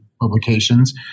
publications